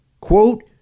Quote